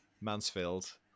Mansfield